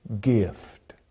gift